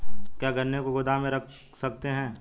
क्या गन्ने को गोदाम में रख सकते हैं?